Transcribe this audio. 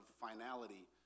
finality